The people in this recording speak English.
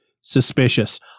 suspicious